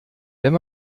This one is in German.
wenn